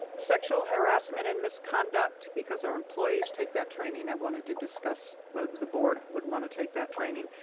sexual harassment and misconduct because our employees take that training, i wanted to discuss whether the board would want to take that training.